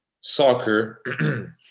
soccer